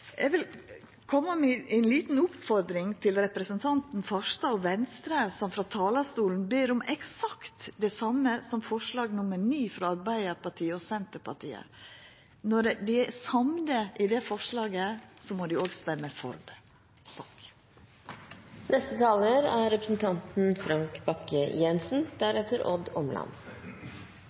Eg vil koma med ei lita oppmoding til Venstre og representanten Farstad, som frå talarstolen ber om eksakt det same som Arbeidarpartiet og Senterpartiet ber om i forslag nr. 9: Når dei er samde i det forslaget, må dei òg stemma for det.